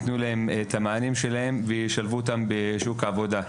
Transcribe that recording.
שיסעו להם להשתלב בשוק העבודה.